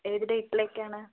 ഏതു ഡേറ്റിലേക്കാണ്